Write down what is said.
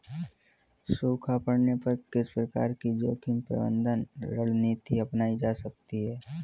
सूखा पड़ने पर किस प्रकार की जोखिम प्रबंधन रणनीति अपनाई जा सकती है?